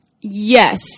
Yes